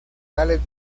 gales